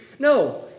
No